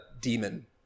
demon